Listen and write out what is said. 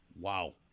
Wow